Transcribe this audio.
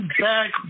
back